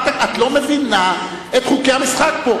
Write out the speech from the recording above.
את לא מבינה את חוקי המשחק פה.